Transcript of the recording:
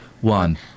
one